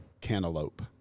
Cantaloupe